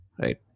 Right